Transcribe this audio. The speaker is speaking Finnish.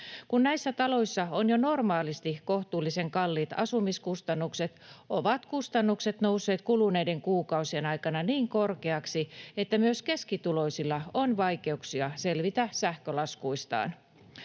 Kun näissä taloissa on jo normaalisti kohtuullisen kalliit asumiskustannukset, ovat kustannukset nousseet kuluneiden kuukausien aikana niin korkeiksi, että myös keskituloisilla on vaikeuksia selvitä sähkölaskuistaan.